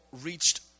reached